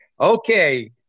Okay